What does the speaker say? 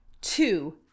Two